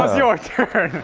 ah your turn!